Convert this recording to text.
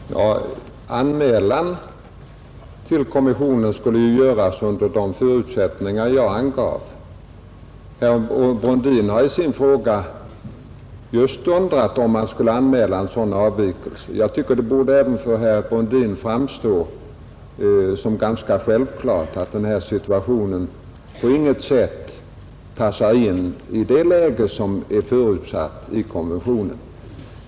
Herr talman! Anmälan till kommissionen skall ju göras under de förutsättningar jag angav. Herr Brundin har i sin fråga just undrat om man skulle anmäla en sådan avvikelse. Jag tycker att det även för herr Brundin borde framstå som ganska självklart att den här situationen på inget sätt passar in i det läge som är förutsatt i konventionen.